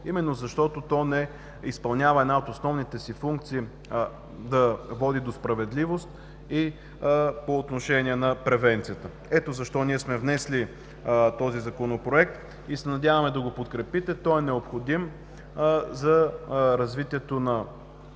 именно защото то не изпълнява една от основните си функции – да води до справедливост, и по отношение на превенцията. Ето защо ние сме внесли този Законопроект и се надяваме да го подкрепите. Той е необходим за развитието на